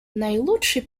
наилучший